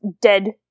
dead